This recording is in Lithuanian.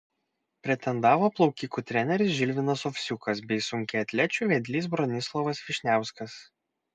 pretendavo plaukikų treneris žilvinas ovsiukas bei sunkiaatlečių vedlys bronislovas vyšniauskas